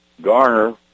Garner